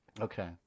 Okay